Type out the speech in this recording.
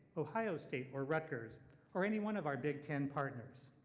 ohio state or rutgers or any one of our big ten partners.